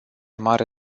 mare